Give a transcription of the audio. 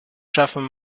schaffen